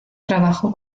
trabajó